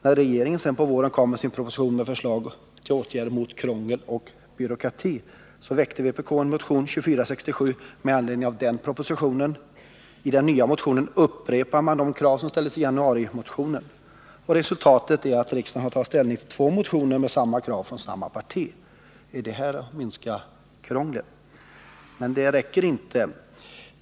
När regeringen sedan på våren kom med sin proposition om åtgärder mot krångel och byråkrati, väckte vpk motionen 2467 med anledning av den propositionen. I den nya motionen upprepas de krav som ställdes i januarimotionen. Resultatet är att riksdagen har att ta ställning till två motioner med samma krav från samma parti. Är det att minska krånglet? Men det räcker inte.